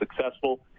successful